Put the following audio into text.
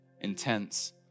intense